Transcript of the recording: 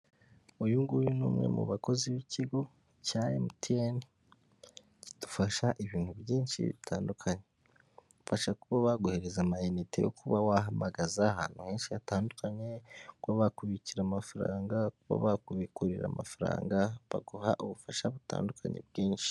Uyu nguyu ni umwe mu bakozi b'ikigo cya MTN, kidufasha ibintu byinshi bitandukanye, kigufasha kuba baguhereza ama inite yo kuba wahamagaza ahantu henshi hatandukanye, kuba bakubikira amafaranga, kuba bakubikurira amafaranga, baguha ubufasha butandukanye bwinshi.